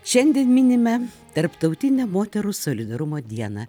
šiandien minime tarptautinę moterų solidarumo dieną